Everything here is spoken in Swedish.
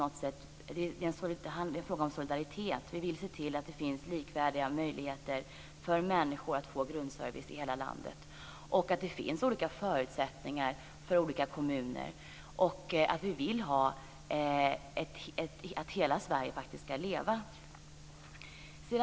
Det är en fråga om solidaritet. Vi vill se till att det finns likvärdiga möjligheter för människor att få en grundservice i hela landet - förutsättningarna är ju olika för olika kommuner - och vi vill att hela Sverige ska leva.